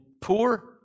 poor